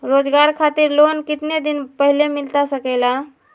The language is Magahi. रोजगार खातिर लोन कितने दिन पहले मिलता सके ला?